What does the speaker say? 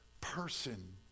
person